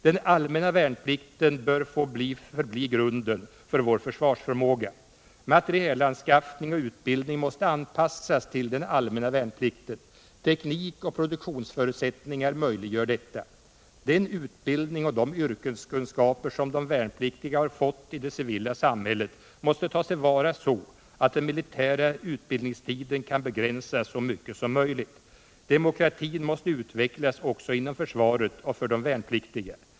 Den allmänna värnplikten bör få förbli grunden för vår försvarsförmåga. Materielanskaffning och utbildning måste anpassas till den allmänna värnplikten. Teknik och produktionsförutsättningar möjliggör detta. Den utbildning och de yrkeskunskaper som de värnpliktiga har fått i det civila samhället måste tas till vara så, att den militära utbildningstiden kan begränsas så mycket som möjligt. Demokratin måste utvecklas också inom försvaret och för de värnpliktiga.